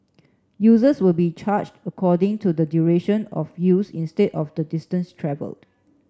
users will be charge according to the duration of use instead of the distance travelled